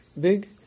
big